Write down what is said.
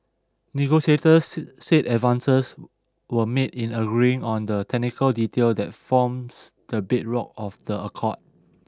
negotiators said said advances were made in agreeing on the technical detail that forms the bedrock of the accord